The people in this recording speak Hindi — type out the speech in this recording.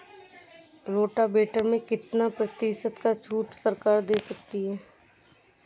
रोटावेटर में कितनी प्रतिशत का छूट सरकार दे रही है?